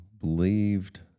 believed